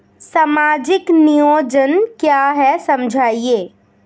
सामाजिक नियोजन क्या है समझाइए?